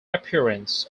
appearance